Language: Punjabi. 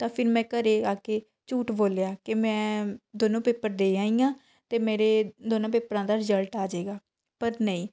ਤਾਂ ਫਿਰ ਮੈਂ ਘਰੇ ਆ ਕੇ ਝੂਠ ਬੋਲਿਆ ਕਿ ਮੈਂ ਦੋਨੋਂ ਪੇਪਰ ਦੇ ਆਈ ਹਾਂ ਅਤੇ ਮੇਰੇ ਦੋਨਾਂ ਪੇਪਰਾਂ ਦਾ ਰਿਜਲਟ ਆਜੇਗਾ ਪਰ ਨਹੀਂ